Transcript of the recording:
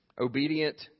Obedient